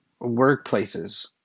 workplaces